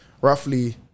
roughly